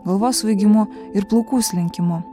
galvos svaigimu ir plaukų slinkimu